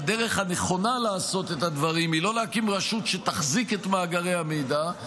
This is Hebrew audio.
הדרך הנכונה לעשות את הדברים היא לא להקים רשות שתחזיק את מאגרי המידע,